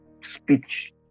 speech